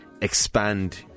expand